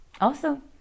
Awesome